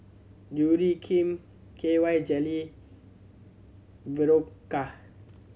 Urea Cream K Y Jelly Berocca